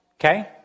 okay